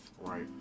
Right